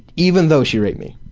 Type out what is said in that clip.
even though she raped me.